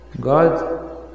God